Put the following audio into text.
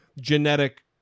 genetic